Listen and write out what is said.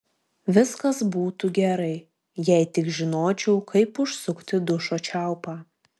viskas būtų gerai jei tik žinočiau kaip užsukti dušo čiaupą